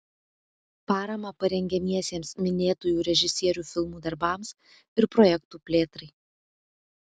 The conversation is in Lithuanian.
paramą parengiamiesiems minėtųjų režisierių filmų darbams ir projektų plėtrai